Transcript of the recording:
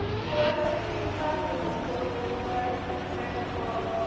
so i was just taking classes at school of visual arts for the technical,